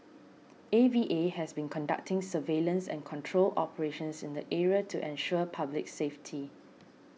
A V A has been conducting surveillance and control operations in the area to ensure public safety